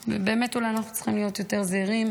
ובאמת אולי אנחנו צריכים להיות יותר זהירים,